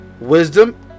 Wisdom